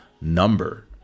number